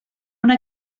una